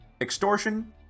Extortion